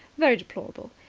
very deplorable.